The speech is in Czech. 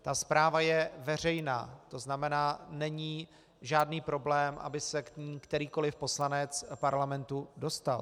Ta zpráva je veřejná, to znamená, není žádný problém, aby se k ní jakýkoli poslanec parlamentu dostal.